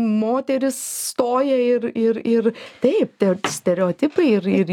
moteris stoja ir ir ir taip tai vat stereotipai ir ir